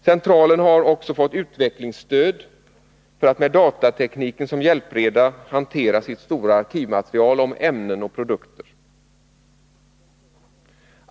Centralen har också fått utvecklingsstöd för att med datatekniken som hjälpreda hantera sitt stora arkivmaterial om ämnen och produkter.